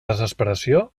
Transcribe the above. desesperació